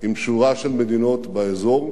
עם שורה של מדינות באזור,